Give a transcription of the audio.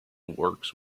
works